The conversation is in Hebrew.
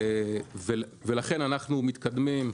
לכן אנחנו מתקדמים.